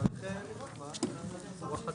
הישיבה ננעלה בשעה 16:30.